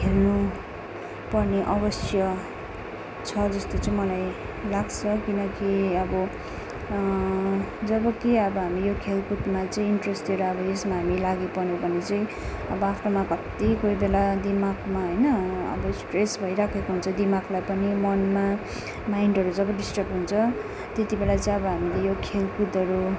खेल्नु पनि अवश्य छ जस्तो चाहिँ मलाई लाग्छ किनकि अब जबकि अब हामी यो खेलकुदमा चाहिँ इन्ट्रेस्ट दिएर अब हामी यसमा लागिपऱ्यौँ भने चाहिँ अब आफ्नोमा कति कोही बेला दिमागमा होइन अब स्ट्रेस भइराखेको हुन्छ दिमागलाई पनि मनमा माइन्डहरू जब डिस्टर्ब हुन्छ त्यतिबेला चाहिँ अब हामीले यो खेलकुदहरू